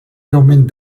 greument